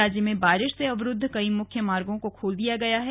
राज्य में बारिश से अवरुद्व कई मुख्य मार्गो को खोल दिया गया है